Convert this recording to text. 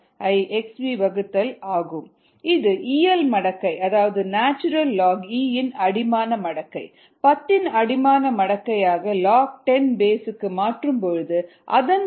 303kd log10 இது இயல் மடக்கை e ன் அடிமான மடக்கை 10 ன் அடிமான மடக்கையாக மாற்றும்போது அதன் காரணி 2